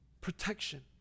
Protection